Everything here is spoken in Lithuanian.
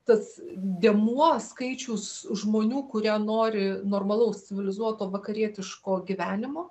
tas dėmuo skaičius žmonių kurie nori normalaus civilizuoto vakarietiško gyvenimo